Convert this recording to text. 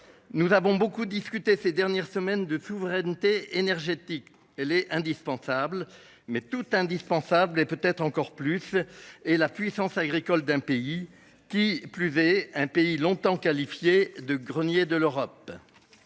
Nous avons beaucoup discuté ces dernières semaines de souveraineté énergétique, elle est indispensable mais tout indispensable et peut être encore plus et la puissance agricole d'un pays qui plus est un pays longtemps qualifié de grenier de l'Europe.